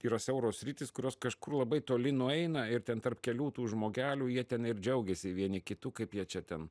yra siauros sritys kurios kažkur labai toli nueina ir ten tarp kelių tų žmogelių jie ten ir džiaugiasi vieni kitų kaip jie čia ten